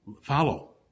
Follow